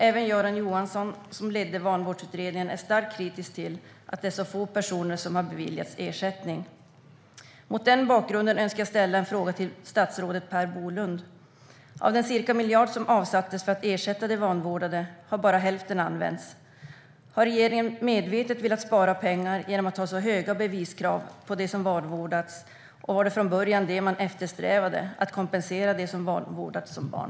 Även Göran Johansson, som ledde Vanvårdsutredningen, är starkt kritisk till att det är så få personer som har beviljats ersättning. Mot den bakgrunden önskar jag ställa en fråga till statsrådet Per Bolund. Av den cirka miljard som avsattes för att ersätta de vanvårdade har bara hälften använts. Har regeringen medvetet velat spara pengar genom att ställa så höga beviskrav på dem som vanvårdats? Var det från början det som man eftersträvade när man avsåg att kompensera dem som vanvårdats som barn?